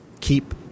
keep